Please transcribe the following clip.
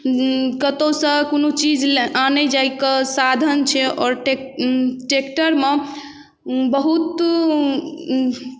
कतहुसँ कोनो चीज आनै जाएके साधन छै आओर टेक ट्रैक्टरमे बहुत